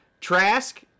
Trask